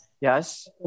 yes